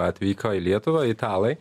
atvyko į lietuvą italai